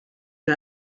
que